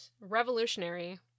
revolutionary